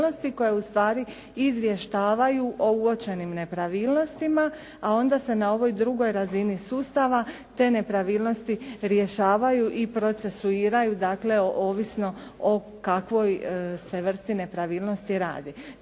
koje ustvari izvještavaju o uočenim nepravilnostima, a onda se na ovoj drugoj razini sustava te nepravilnosti rješavaju i procesuiraju, dakle ovisno o kakvoj se vrsti nepravilnosti radi.